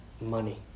money